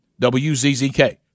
WZZK